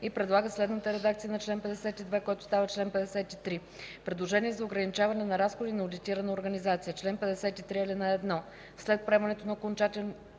и предлага следната редакция на чл. 52, който става чл. 53: „Предложение за ограничаване на разходи на одитирана организация Чл. 53. (1) След приемането на окончателния